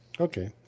Okay